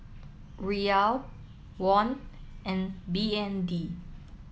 Riyal Won and B N D